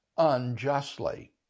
unjustly